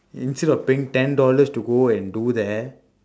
instead of paying ten dollars to go and do there